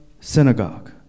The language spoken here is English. synagogue